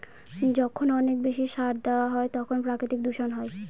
যখন অনেক বেশি সার দেওয়া হয় তখন প্রাকৃতিক দূষণ হয়